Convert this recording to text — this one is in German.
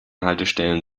haltestellen